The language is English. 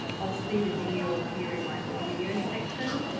i'll see the video appear in my all video section.